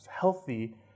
healthy